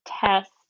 test